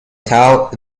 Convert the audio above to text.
towel